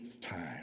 time